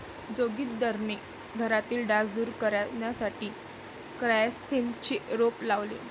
जोगिंदरने घरातील डास दूर करण्यासाठी क्रायसॅन्थेममचे रोप लावले